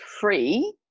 free